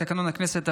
לתקנון הכנסת,